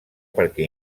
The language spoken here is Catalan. perquè